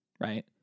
right